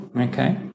Okay